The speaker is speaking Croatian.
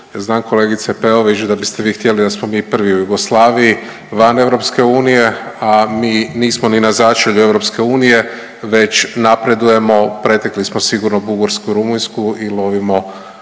znam kolegice Peović da biste vi htjeli da smo mi prvi u Jugoslaviji, van EU, a mi nismo ni na začelju EU već napredujemo, pretekli smo sigurno Bugarsku i Rumunjsku i lovimo